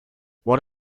what